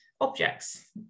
objects